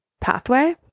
pathway